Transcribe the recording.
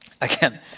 Again